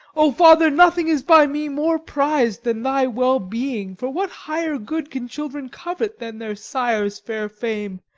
o father, nothing is by me more prized than thy well-being, for what higher good can children covet than their sire's fair fame,